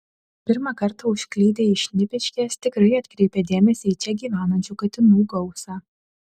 pirmą kartą užklydę į šnipiškes tikrai atkreipia dėmesį į čia gyvenančių katinų gausą